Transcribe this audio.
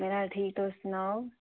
में ठीक तुस सनाओ